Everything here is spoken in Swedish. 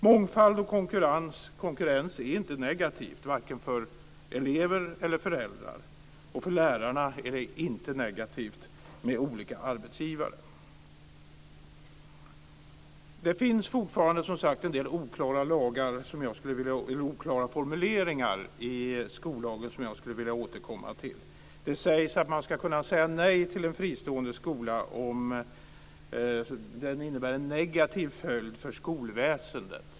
Mångfald och konkurrens är inte negativt, varken för elever eller för föräldrar, och för lärarna är det inte negativt med olika arbetsgivare. Det finns som sagt fortfarande en del oklara formuleringar i skollagen som jag skulle vilja återkomma till. Det sägs att man ska kunna säga nej till en fristående skola om den innebär en negativ följd för skolväsendet.